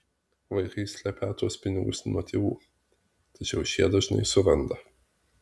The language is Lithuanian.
vaikai slepią tuos pinigus nuo tėvų tačiau šie dažnai surandą